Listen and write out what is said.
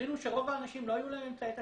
גילינו שלרוב האנשים לא היו אמצעי תשלום.